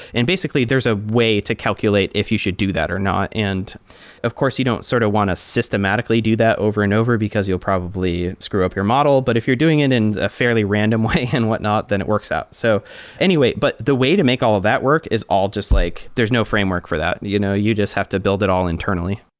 and basically, there's a way to calculate if you should do that or not. and of course, you don't sort of want to systematically do that over and over, because you'll probably screw up your model. but if you're doing and in a fairly random way and whatnot, then it works out. so anyway, but the way to make all of that work is all just like there's no framework for that. and you know you just have to build it all internally.